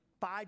five